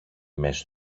μέση